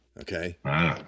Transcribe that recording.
okay